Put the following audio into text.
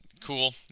cool